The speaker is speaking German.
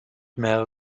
mel